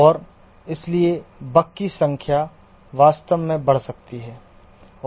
और इसलिए बग की संख्या वास्तव में बढ़ सकती है